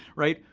right?